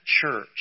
church